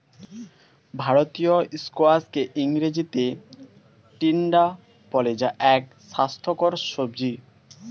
ভারতীয় স্কোয়াশকে ইংরেজিতে টিন্ডা বলে যা এক স্বাস্থ্যকর সবজি